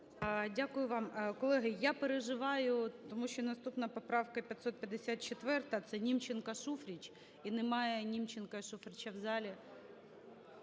Дякую вам. Колеги, я переживаю, тому що наступна поправка 554 - цеНімченко, Шуфрич. І немає Німченка і Шуфрича в залі.